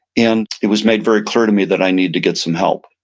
and it was made very clear to me that i needed to get some help.